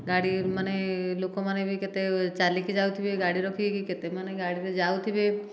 ଗାଡ଼ିମାନେ ଲୋକମାନେ ବି କେତେ ଚାଲିକି ଯାଉଥିବେ ଗାଡ଼ି ରଖିକି କେତେ ମାନେ ଗାଡ଼ିରେ ଯାଉଥିବେ